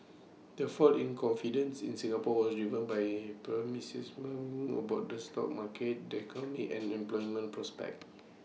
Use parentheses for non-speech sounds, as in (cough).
the fall in confidence in Singapore was driven by pessimism about the stock market the (noise) economy and (noise) employment prospects